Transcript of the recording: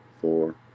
four